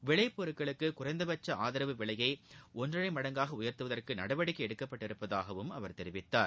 விளைப்பொருட்களுக்கு குறைந்தபட்ச ஆதரவு விலை ஒன்றரை மடங்காக உயர்த்துவதற்கு நடவடிக்கை எடுக்கப்பட்டுள்ளதாகவும் அவர் தெரிவித்தார்